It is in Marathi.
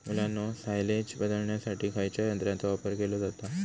मुलांनो सायलेज बदलण्यासाठी खयच्या यंत्राचो वापर केलो जाता?